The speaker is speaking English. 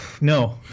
No